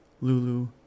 Lulu